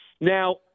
now